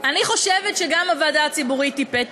אני חושבת שגם הוועדה הציבורית היא פתח.